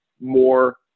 more